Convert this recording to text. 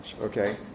okay